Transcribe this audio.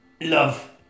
Love